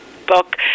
book